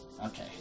Okay